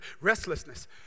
restlessness